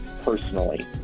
personally